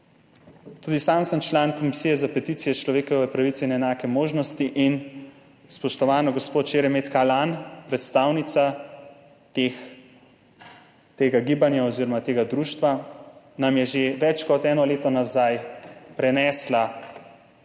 Tudi sam sem član Komisije za peticije, človekove pravice in enake možnosti in spoštovana gospa Šeremet Kalanj, predstavnica tega gibanja oziroma tega društva, nam je že več kot eno leto nazaj prinesla